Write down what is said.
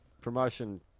promotion